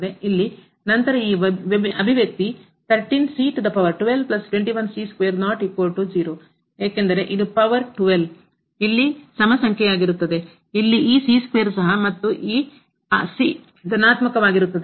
ಇಲ್ಲಿ ನಂತರ ಈ ಅಭಿವ್ಯಕ್ತಿ ಏಕೆಂದರೆ ಇದು ಪವರ್ ಸಮ ಸಂಖ್ಯೆಯಾಗಿರುತ್ತದೆ ಇಲ್ಲಿ ಈ ಸಹ ಮತ್ತು ಈ ಧನಾತ್ಮಕವಾಗಿರುತ್ತದೆ